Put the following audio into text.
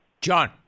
John